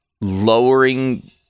lowering